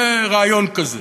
זה רעיון כזה.